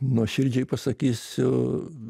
nuoširdžiai pasakysiu